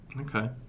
Okay